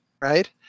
right